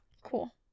cool